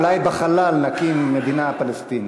אולי בחלל נקים מדינה פלסטינית.